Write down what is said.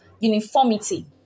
Uniformity